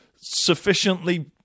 sufficiently